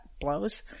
blows